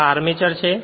આ આર્મચર છે